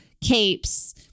capes